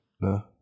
No